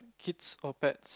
kids or pets